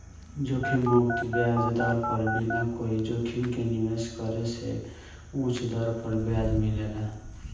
जोखिम मुक्त ब्याज दर पर बिना कोई जोखिम के निवेश करे से उच दर पर ब्याज मिलेला